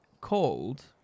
called